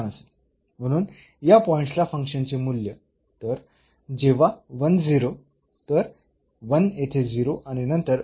म्हणून या पॉईंट्सला फंक्शनचे मूल्य तर जेव्हा तर 1 येथे आणि नंतर म्हणून